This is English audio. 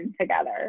together